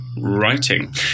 writing